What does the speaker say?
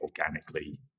organically